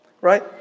right